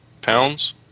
pounds